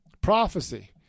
prophecy